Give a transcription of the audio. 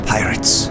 Pirates